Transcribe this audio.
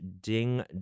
ding